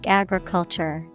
agriculture